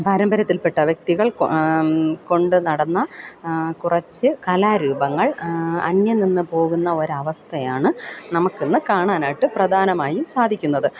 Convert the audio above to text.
പാരമ്പര്യത്തിൽപ്പെട്ട വ്യക്തികൾ കൊണ്ടു നടന്ന കുറച്ചു കലാരൂപങ്ങൾ അന്യംനിന്നു പോകുന്ന ഒരു അവസ്ഥയാണ് നമുക്ക് ഇന്ന് കാണാനായിട്ട് പ്രധാനമായും സാധിക്കുന്നത്